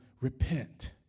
repent